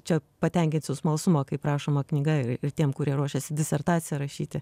čia patenkinsiu smalsumą kaip rašoma knyga ir tiem kurie ruošiasi disertaciją rašyti